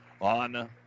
on